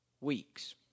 weeks